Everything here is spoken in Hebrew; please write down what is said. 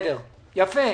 יפה.